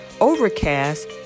Overcast